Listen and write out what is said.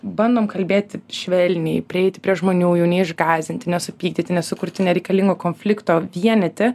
bandom kalbėti švelniai prieiti prie žmonių jų neišgąsdinti nesupykdyti nesukurti nereikalingo konflikto vienyti